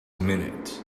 minute